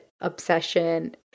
obsession